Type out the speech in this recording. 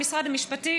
במשרד המשפטים,